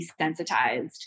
desensitized